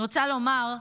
אני רוצה לומר,